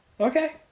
okay